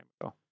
ago